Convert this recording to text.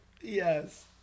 Yes